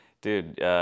Dude